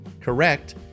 correct